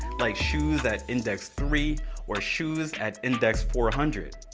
like shoes at index three or shoes at index four hundred?